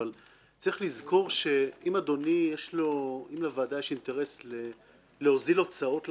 אבל צריך לזכור שאם לוועדה יש אינטרס להוזיל הוצאות לחייב,